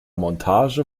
montage